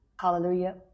hallelujah